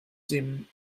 dem